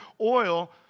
oil